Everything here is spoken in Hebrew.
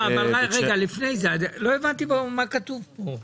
רגע, לפני זה, לא הבנתי מה כתוב פה.